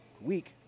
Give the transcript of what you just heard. week